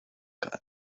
cut